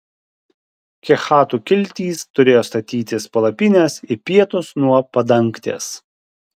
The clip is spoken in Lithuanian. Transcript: kehatų kiltys turėjo statytis palapines į pietus nuo padangtės